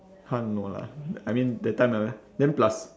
!huh! no lah I mean that time ah then plus